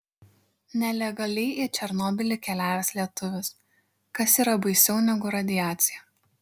nelegaliai į černobylį keliavęs lietuvis kas yra baisiau negu radiacija